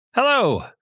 Hello